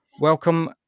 Welcome